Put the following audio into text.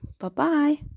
Bye-bye